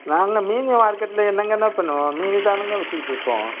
நாங்கள் மீன் மார்க்கெட்டில் என்னங்கண்னே பண்ணுவோம் மீனுதானுங்க விற்றுக்கிட்ருப்போம்